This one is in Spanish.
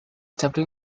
chaplin